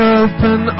open